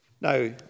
Now